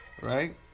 Right